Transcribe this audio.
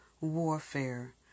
warfare